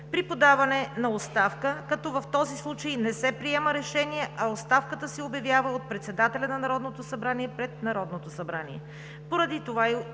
при подаване на оставка, като в този случай не се приема решение, а оставката се обявява от председателя на Народното събрание пред Народното събрание.